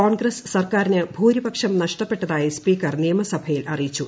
കോൺഗ്രസ് സർക്കാരിന് ഭൂരിപക്ഷം നഷ്ടപ്പെട്ടതായി സ്പീക്കർ നിയമസഭയിൽ അറിയിച്ചു